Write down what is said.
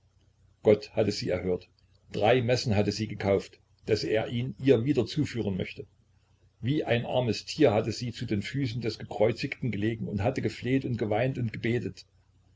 gott hatte sie erhört drei messen hatte sie gekauft daß er ihn ihr wieder zuführen möchte wie ein armes tier hatte sie zu den füßen des gekreuzigten gelegen und hatte gefleht und geweint und gebetet